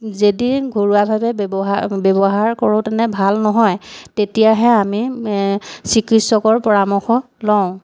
যদি ঘৰুৱাভাৱে ব্যৱহাৰ ব্যৱহাৰ কৰোঁ তেনে ভাল নহয় তেতিয়াহে আমি চিকিৎসকৰ পৰামৰ্শ লওঁ